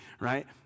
right